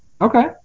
Okay